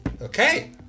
Okay